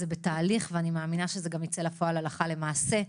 זה בתהליך ואני מאמינה שזה גם ייצא לפועל הלכה למעשה.